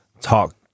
talk